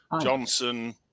Johnson